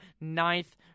ninth